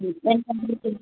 എന്നാൽ പിന്നെ അങ്ങനെ ചെയ്യുക